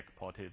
backported